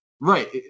Right